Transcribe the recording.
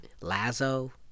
Lazo